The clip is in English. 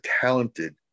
talented